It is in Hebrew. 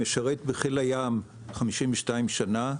משרת בחיל הים 52 שנים,